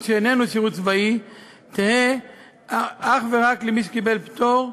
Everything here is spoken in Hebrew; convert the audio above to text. שאיננו שירות צבאי תהא אך ורק למי שקיבל פטור,